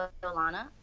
Olana